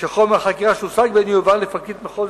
שחומר החקירה שהושג בהן יועבר לפרקליט מחוז,